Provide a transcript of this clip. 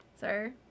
sir